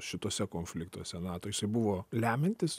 šituose konfliktuose nato jisai buvo lemiantis